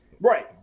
Right